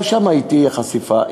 גם שם תהיה חשיפה.